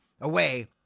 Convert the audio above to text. away